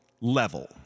level